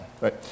Right